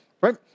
right